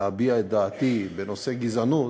להביע את דעתי בנושא גזענות,